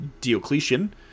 Diocletian